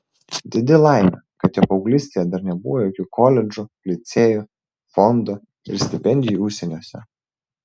didi laimė kad jo paauglystėje dar nebuvo jokių koledžų licėjų fondų ir stipendijų užsieniuose